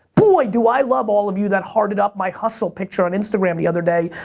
boy, do i love all of you that hearted up my hustle picture on instagram the other day.